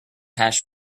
hash